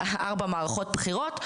ארבע מערכות בחירות,